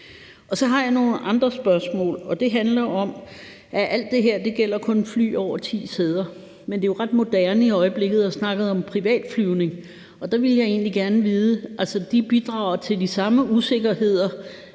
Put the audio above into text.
Så har jeg nogle andre spørgsmål, og et af dem handler om, at alt det her kun gælder fly med over ti sæder, men det er jo ret moderne i øjeblikket at snakke om privat flyvning. Altså, de private fly bidrager til de samme usikkerheder